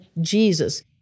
Jesus